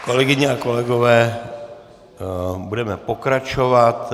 Kolegyně a kolegové, budeme pokračovat.